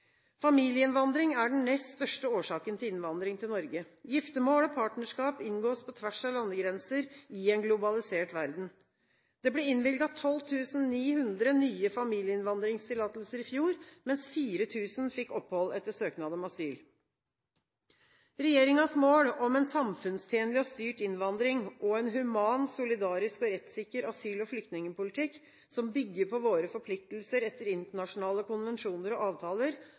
Familieinnvandring er den nest største årsaken til innvandring til Norge. Giftermål og partnerskap inngås på tvers av landegrenser i en globalisert verden. Det ble innvilget 12 900 nye familieinnvandringstillatelser i fjor, mens 4 000 fikk opphold etter søknad om asyl. Regjeringens mål om en samfunnstjenlig og styrt innvandring og en human, solidarisk og rettssikker asyl- og flyktningpolitikk, som bygger på våre forpliktelser etter internasjonale konvensjoner og avtaler,